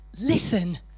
listen